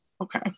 Okay